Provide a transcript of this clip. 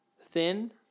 Thin